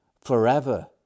Forever